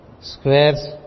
squares